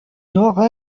nord